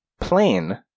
plane